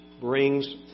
brings